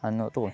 ಅನ್ನೋದು